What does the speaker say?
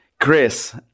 Chris